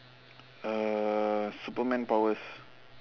uh superman powers